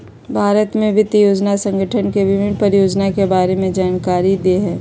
भारत में वित्त योजना संगठन के विभिन्न परियोजना के बारे में जानकारी दे हइ